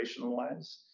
operationalize